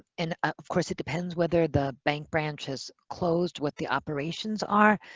and of course, it depends whether the bank branch has closed, what the operations are.